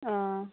অঁ